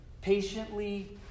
Patiently